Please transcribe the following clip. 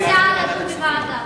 אני מציעה לדון בנושא בוועדה.